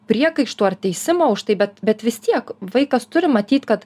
priekaištų ar teisimo už tai bet bet vis tiek vaikas turi matyt kad